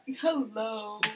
hello